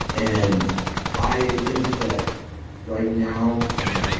and i think that right now, i'm